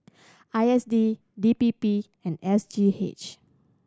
I S D D P P and S G H